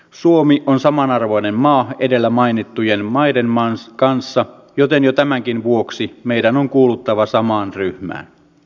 suomi on samanarvoinen maa edellä mainittujen maiden kanssa joten jo tämänkin vuoksi meidän on kuuluttava samaan ryhmään